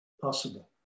possible